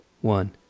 one